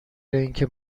اینکه